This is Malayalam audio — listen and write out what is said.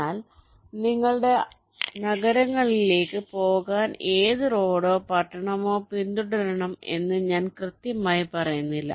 എന്നാൽ നിങ്ങളുടെ നഗരങ്ങളിലേക്ക് പോകാൻ ഏത് റോഡോ പട്ടണമോ പിന്തുടരണമെന്ന് ഞാൻ കൃത്യമായി പറയുന്നില്ല